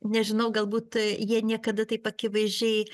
nežinau galbūt jie niekada taip akivaizdžiai